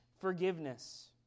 forgiveness